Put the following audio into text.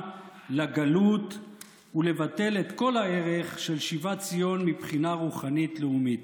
לגלות ולבטל את כל הערך של שיבת ציון מבחינה רוחנית-לאומית.